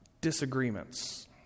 disagreements